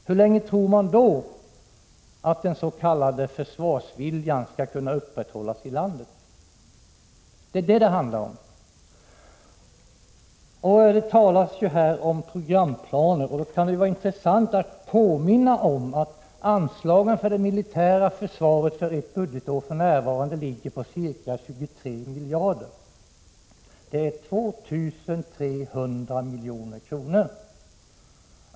Hur länge tror man att den s.k. försvarsviljan under sådana förhållanden skall kunna upprätthållas i landet? Det talas här om programplaner, och det kan vara intressant att påminna om att anslagen till det militära försvaret för ett budgetår för närvarande ligger på ca 23 miljarder, dvs. 2 300 milj.kr.